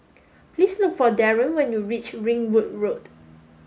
please look for Darren when you reach Ringwood Road